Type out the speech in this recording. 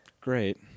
great